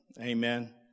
Amen